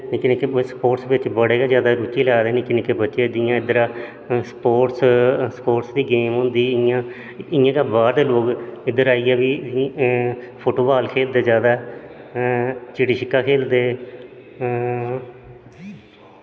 निक्के निक्के स्पोटस बिच्च बड़े गै रुची लेआ दे निक्के निक्के बच्चे जि'यां इद्धर स्पोट्स दी गेम होंदी इ'यां बाह्र दे लोग इद्धर आइयै बी फुट्ट बॉल खेलदे जैदा चीढ़ी शिक्का खेलदे